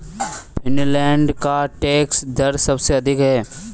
Finland का tax दर सबसे अधिक है